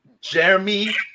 Jeremy